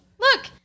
Look